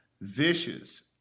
vicious